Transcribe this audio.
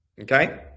Okay